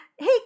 Hey